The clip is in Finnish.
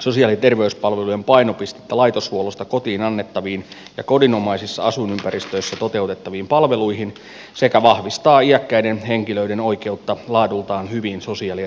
sosiaali ja terveyspalvelujen painopistettä laitoshuollosta kotiin annettaviin ja kodinomaisissa asuinympäristöissä toteutettaviin palveluihin sekä vahvistaa iäkkäiden henkilöiden oikeutta laadultaan hyviin sosiaali ja terveyspalveluihin